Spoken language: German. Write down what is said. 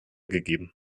gegeben